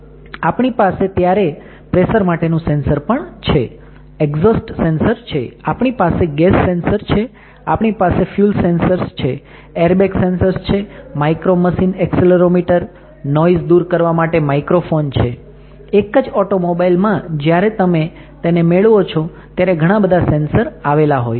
આપણી પાસે ત્યારે પ્રેસર માટે નું સેન્સર પણ છે એક્ઝોસ્ટ સેન્સર્સ છે આપણી પાસે ગેસ સેન્સર્સ છે આપણી પાસે ફયુલ સેન્સર્સ છે એરબેગ સેન્સર્સ છે માઈક્રો મશીન એક્સેલેરોમીટર નોઈઝ દુર કરવા માટે માઇક્રોફોન છે એક જ ઓટોમોબાઈલમાં જયારે તમે તેને મેળવો છો ત્યારે ઘણા બધા સેન્સર્સ આવેલ હોય છે